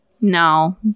no